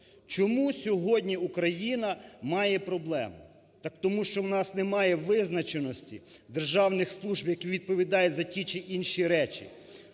Чому сьогодні Україна має проблему? Так тому, що у нас немає визначеності державних служб, які відповідають за ті чи інші речі.